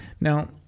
Now